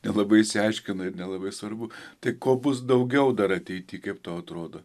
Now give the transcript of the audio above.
nelabai išsiaiškina ir nelabai svarbu tai ko bus daugiau dar ateity kaip tau atrodo